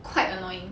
quite annoying